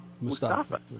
Mustafa